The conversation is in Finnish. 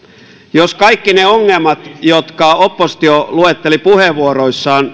jos kaikki ne ongelmat jotka oppositio luetteli puheenvuoroissaan